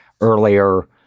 earlier